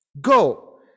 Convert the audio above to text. go